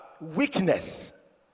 weakness